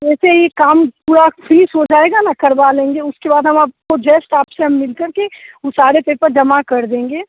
जैसे यह काम पूरा फिनिस हो जाएगा न करवा लेंगे उसके बाद हम आपको जश्ट आपसे हम मिल कर के वो सारे पेपर जमा कर देंगे